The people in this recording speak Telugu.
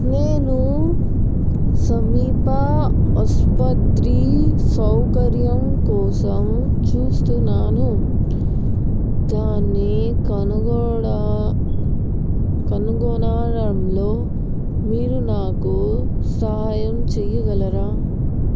నేను సమీప ఆసుపత్రి సౌకర్యం కోసం చూస్తున్నాను దాన్ని కనుగొనడా కనుగొనడంలో మీరు నాకు సహాయం చెయ్యగలరా